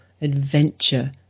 adventure